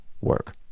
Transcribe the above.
work